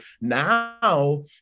now